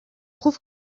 prouve